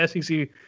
SEC